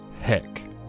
Heck